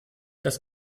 das